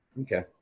Okay